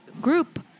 group